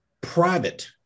private